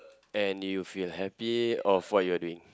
and you feel happy of what you are doing